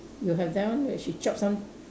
you have that one where she chops some